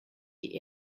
die